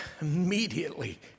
immediately